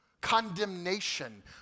condemnation